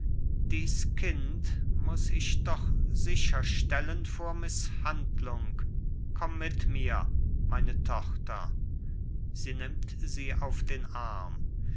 dies kind muß ich doch sicherstellen vor mißhandlung komm mit mir meine tochter sie nimmt sie auf den arm